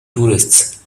tourists